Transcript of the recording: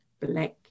black